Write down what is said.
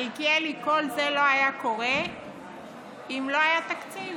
מלכיאלי, כל זה לא היה קורה אם לא היה תקציב.